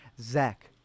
Zach